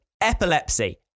epilepsy